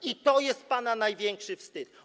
I to jest pana największy wstyd.